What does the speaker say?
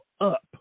up